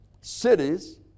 cities